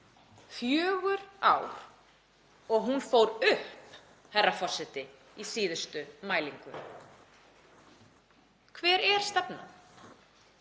fjögur ár. Og hún fór upp, herra forseti, í síðustu mælingu. Hver er stefnan?